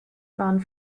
waren